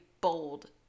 bold